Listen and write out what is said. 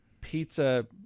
pizza